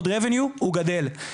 הוא גדל.